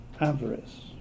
avarice